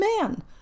man